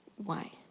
why?